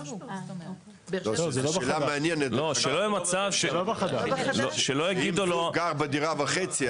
אם הוא גר בדירה וחצי,